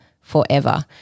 forever